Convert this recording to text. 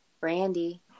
Brandy